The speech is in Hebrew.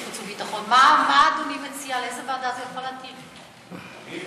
לאיזו ועדה אנחנו הולכים להעביר את זה?